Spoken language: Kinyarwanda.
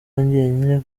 njyenyine